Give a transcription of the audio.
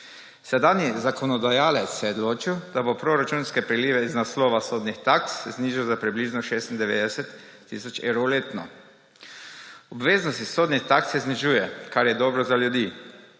Sedanji zakonodajalec se je odločil, da bo proračunske prilive iz naslova sodnih taks znižal za približno 96 tisoč evrov letno. Obveznost sodnih taks se znižuje, kar je dobro za ljudi.